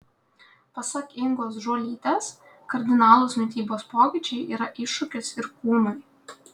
pasak ingos žuolytės kardinalūs mitybos pokyčiai yra iššūkis ir kūnui